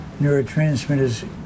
neurotransmitters